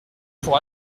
pour